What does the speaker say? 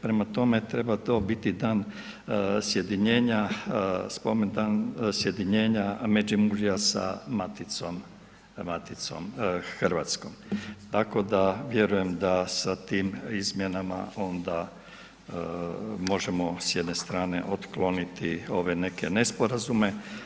Prema tome, treba to biti dan sjedinjenja, spomendan sjedinjenja Međimurja sa Maticom hrvatskom, tako da vjerujem da sa tim izmjenama onda možemo s jedne strane otkloniti ove neke nesporazume.